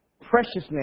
preciousness